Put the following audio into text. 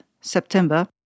September